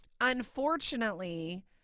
unfortunately